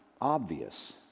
obvious